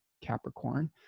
Capricorn